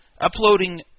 uploading